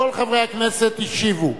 כל חברי הכנסת השיבו,